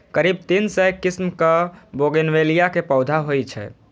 करीब तीन सय किस्मक बोगनवेलिया के पौधा होइ छै